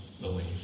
believe